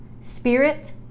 spirit